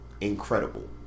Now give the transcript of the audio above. incredible